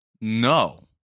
No